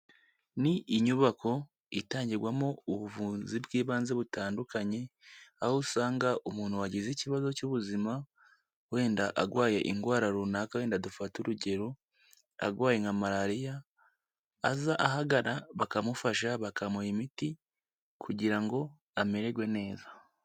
Ni inyubako itangirwamo ubuvuzi bw'ibanze butandukanye, aho usanga umuntu wagize ikibazo cy'ubuzima, wenda arwaye indwara runaka wenda adafate urugero arwaye nka malariya, aza ahagana bakamufasha bakamuha imiti kugira ngo amererwe neza.